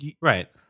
right